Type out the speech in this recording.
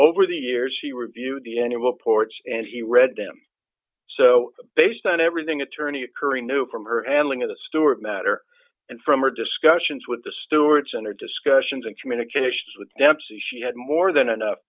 over the years he reviewed the annual ports and he read them so based on everything attorney occurring knew from her handling of the stewart matter and from or discussions with the stewards and her discussions and communications with dempsey she had more than enough